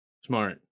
Smart